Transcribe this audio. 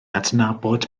adnabod